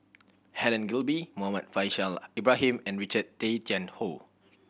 Helen Gilbey Muhammad Faishal Ibrahim and Richard Tay Tian Hoe